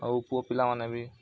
ଆଉ ପୁଅ ପିଲା ମାନେ ବି